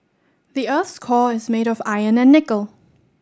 the earth's core is made of iron and nickel